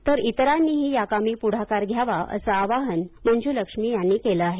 तर इतरांनीही याकामी पुढाकार घ्यावा असं आवाहन मंजूलक्ष्मी यांनी केलं आहे